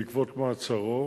בעקבות מעצרו.